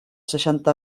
seixanta